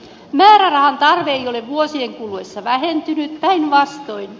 määrärahan tarve ei ole vuosien kuluessa vähentynyt päinvastoin